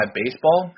baseball